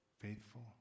faithful